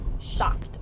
shocked